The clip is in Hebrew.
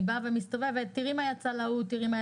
מגיעה אליהם: תראי מה יצא לאדם ההוא.